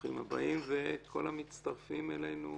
ברוכים הבאים, ולכל המצטרפים אלינו,